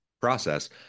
process